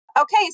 Okay